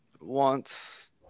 wants